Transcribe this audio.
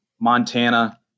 Montana